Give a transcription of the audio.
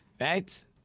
right